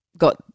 got